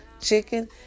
chicken